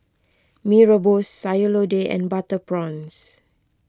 Mee Rebus Sayur Lodeh and Butter Prawns